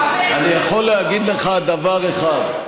אני יכול להגיד לך דבר אחד: